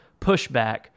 pushback